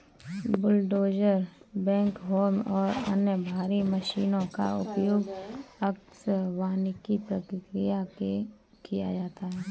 bulldozer backhoes और अन्य भारी मशीनों का उपयोग अक्सर वानिकी प्रक्रिया में किया जाता है